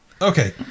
okay